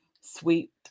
sweet